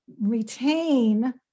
retain